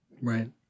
Right